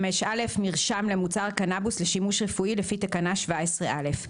"5(א) מרשם למוצר קנבוס לשימוש רפואי לפי תקנה 17א";